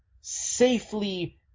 safely